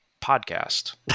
podcast